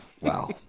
Wow